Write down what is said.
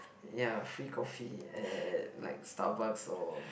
ya free coffee at like Starbucks or